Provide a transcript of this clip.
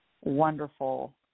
wonderful